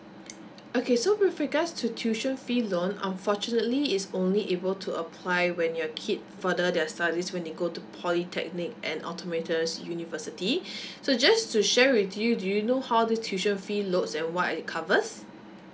okay so with regards to tuition fee loan unfortunately is only able to apply when your kid further their studies when they go to polytechnic and autonomous universities so just to share with you do you know how the tuition fee loads and what it covers